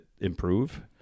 improve